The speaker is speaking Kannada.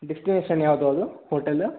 ಡಿಸ್ಟಿನೇಷನ್ ಯಾವುದು ಅದು ಹೋಟೆಲ್